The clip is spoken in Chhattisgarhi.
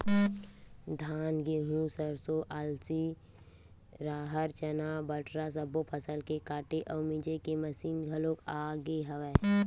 धान, गहूँ, सरसो, अलसी, राहर, चना, बटरा सब्बो फसल के काटे अउ मिजे के मसीन घलोक आ गे हवय